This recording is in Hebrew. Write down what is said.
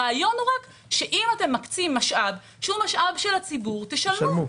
הרעיון הוא שאם אתם מקצים משאב של הציבור שלמו,